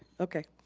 okay,